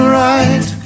right